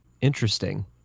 Interesting